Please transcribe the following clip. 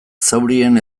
zaurien